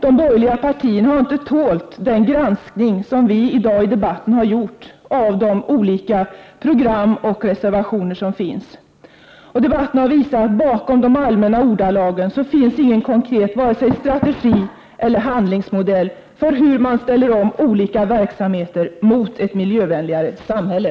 De borgerliga partierna har inte tålt den granskning som vi i dag har gjort av de olika program och reservationer som finns. Debatten har också visat att bakom de allmänna ordalagen finns ingen konkret vare sig strategi eller handlingsmodell för hur man ställer om olika verksamheter mot ett miljövänligare samhälle.